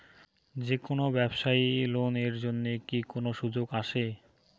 যে কোনো ব্যবসায়ী লোন এর জন্যে কি কোনো সুযোগ আসে?